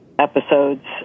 episodes